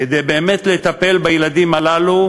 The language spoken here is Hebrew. כדי באמת לטפל בילדים הללו,